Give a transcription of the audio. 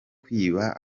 kwiba